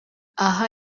aha